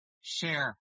share